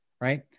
right